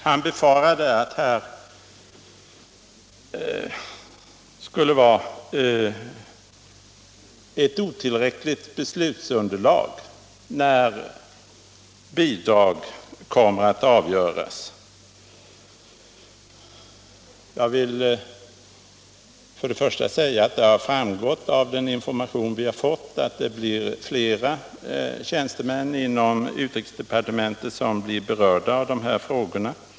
Han befarade också att det skulle vara ett otillräckligt beslutsunderlag när bidragsfrågor kommer att avgöras. Det har framgått av den infor mation vi har fått att det blir flera tjänstemän inom utrikesdepartementet som berörs av de här frågorna.